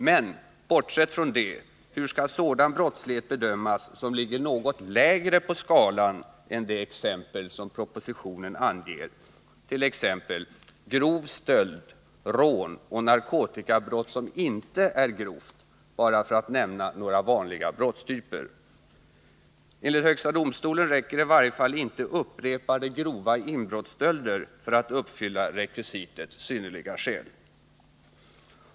Men — bortsett från det — hur skall sådan brottslighet bedömas som ligger något lägre på skalan än de exempel som propositionen anger, t.ex. grov stöld, rån och narkotikabrott som inte är grovt — för att nämna bara några vanliga brottstyper? Enligt högsta domstolen räcker i varje fall inte upprepade grova inbrottsstölder för att uppfylla rekvisitet synnerliga skäl.